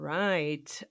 right